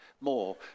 more